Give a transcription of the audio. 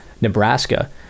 nebraska